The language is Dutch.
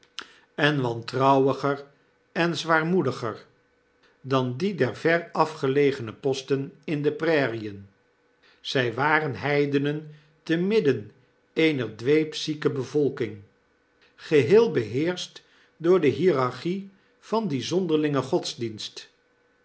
en wantrouwiger en zwaarmoediger dan die der verafgelegene posten in de prairien zy waren heidenen te midden eener dweepzieke bevolking geheel beheerscht door de hierarchie van dien zonderlingen godsdienst